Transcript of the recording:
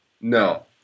No